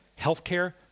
healthcare